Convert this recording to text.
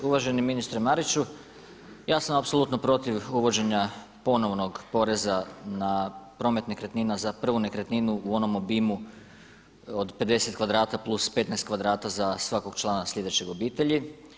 Uvaženi ministre Mariću, ja sam apsolutno protiv uvođenja ponovnog poreza na promet nekretnina za prvu nekretninu u onom obimu od 50 kvadrata plus 15 kvadrata za svakog sljedećeg obitelji.